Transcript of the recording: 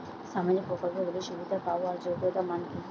সামাজিক প্রকল্পগুলি সুবিধা পাওয়ার যোগ্যতা মান কি?